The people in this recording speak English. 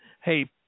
hey